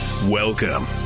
Welcome